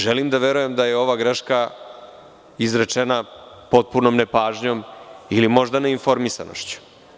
Želim da verujem da je ova greška izrečena potpunom nepažnjom ili možda neinformisanošću.